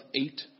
eight